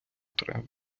треба